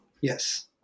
yes